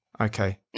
Okay